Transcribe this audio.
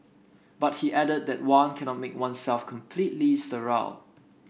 but he added that one cannot make oneself sterile